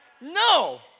No